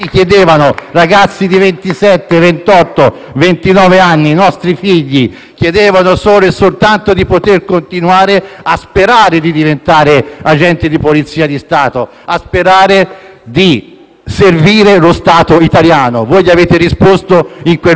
chiedevano solo e soltanto di poter continuare a sperare di diventare agenti di Polizia di Stato e di servire lo Stato italiano. Voi gli avete risposto in quel modo, con uno schiaffo, un vergognoso schiaffo in faccia.